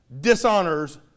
dishonors